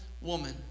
woman